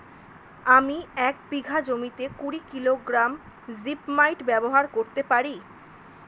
আমি এক বিঘা জমিতে কুড়ি কিলোগ্রাম জিপমাইট ব্যবহার করতে পারি?